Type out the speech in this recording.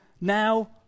now